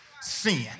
sin